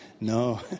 No